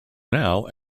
now